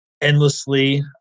endlessly